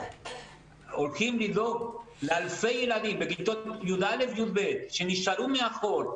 הולכים לדאוג לאלפי ילדים בכיתות י"א ו-י"ב שנשארו מאחור,